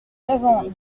avant